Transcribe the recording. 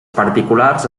particulars